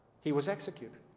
he was executed